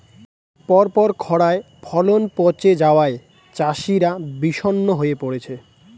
পরপর খড়ায় ফলন পচে যাওয়ায় চাষিরা বিষণ্ণ হয়ে পরেছে